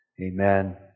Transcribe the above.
Amen